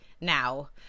now